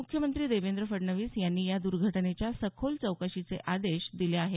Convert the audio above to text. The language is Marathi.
मुख्यमंत्री देवेंद्र फडणवीस यांनी या दुर्घटनेच्या सखोल चौकशीचे आदेश दिले आहेत